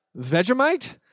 Vegemite